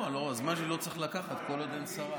לא, לא, הזמן שלי לא צריך לקחת, כל עוד אין שרה.